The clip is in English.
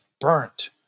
Burnt